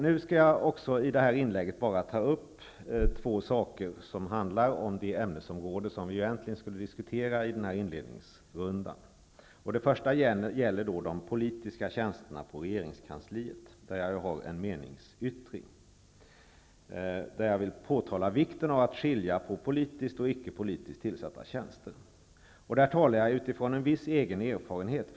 Nu skall jag i det här inlägget bara ta upp också två saker som handlar om det ämnesområde som vi egentligen skulle diskutera i inledningsrundan. Den första är de politiska tjänsterna i regeringskansliet. På den punkten har jag en meningsyttring, där jag påtalar vikten av att skilja mellan politiskt och icke politiskt tillsatta tjänster. Där talar jag utifrån en viss egen erfarenhet.